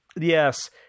Yes